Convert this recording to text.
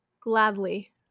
gladly